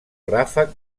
ràfec